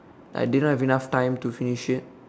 I did not have enough time to finish it